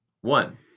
One